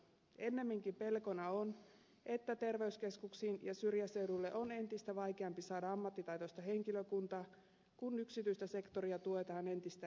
ennemminkin pelkona on että terveyskeskuksiin ja syrjäseuduille on entistä vaikeampi saada ammattitaitoista henkilökuntaa kun yksityistä sektoria tuetaan entistä enemmän